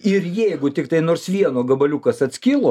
ir jeigu tiktai nors vieno gabaliukas atskilo